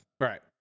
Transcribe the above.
Right